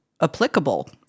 applicable